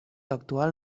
actual